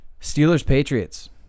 Steelers-Patriots